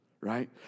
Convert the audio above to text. Right